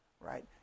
right